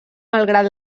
malgrat